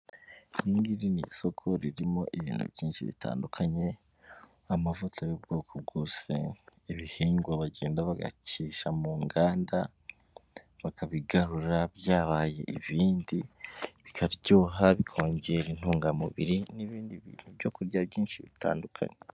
Iringiri ni isoko ririmo ibintu byinshi bitandukanye, amavuta y'ubwoko bwose, ibihingwa bagenda bagacisha mu nganda bakabigarura byabaye ibindi, bikaryoha, bikongera intungamubiri n'ibindi bintu byo kurya byinshi bitandukanye.